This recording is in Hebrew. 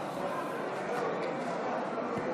תודה.